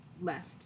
left